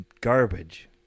garbage